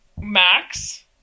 Max